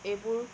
এইবোৰ